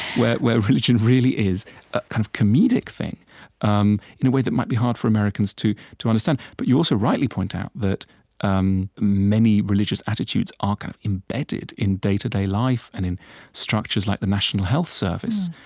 where where religion really is a kind of comedic thing um in a way that might be hard for americans to understand. understand. but you also rightly point out that um many religious attitudes are ah kind of imbedded in day-to-day life and in structures like the national health service,